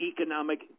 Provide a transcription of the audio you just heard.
economic